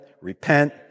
repent